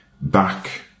back